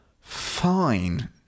fine